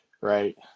Right